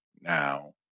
now